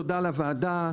תודה לוועדה,